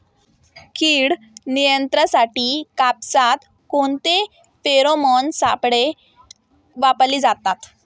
कीड नियंत्रणासाठी कापसात कोणते फेरोमोन सापळे वापरले जातात?